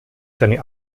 seine